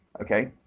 okay